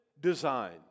design